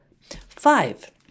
Five-